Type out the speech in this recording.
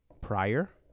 prior